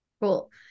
Cool